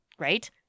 Right